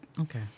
Okay